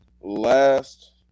last